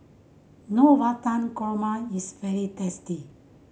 Navratan Korma is very tasty